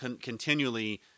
continually